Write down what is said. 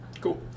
Cool